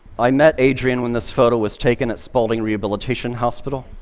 i met adrianne when this photo was taken, at spaulding rehabilitation hospital.